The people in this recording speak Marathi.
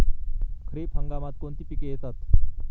खरीप हंगामात कोणती पिके येतात?